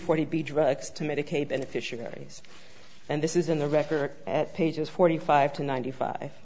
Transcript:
forty b drugs to medicaid beneficiaries and this is in the record at pages forty five to ninety five